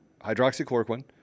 hydroxychloroquine